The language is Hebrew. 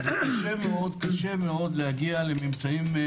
קשה מאוד להגיע לממצאים.